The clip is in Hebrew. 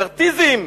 מקארתיזם,